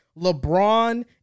LeBron